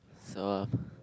so uh